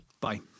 Bye